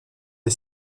des